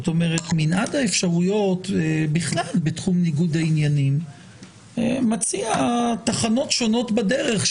מנעד האפשרויות בכלל בתחום ניגוד העניינים מציע תחנות שונות בדרך,